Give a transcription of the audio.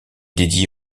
dédiée